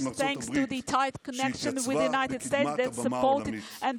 שהתייצבה בקדמת הבמה העולמית.